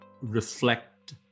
reflect